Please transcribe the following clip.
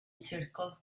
circle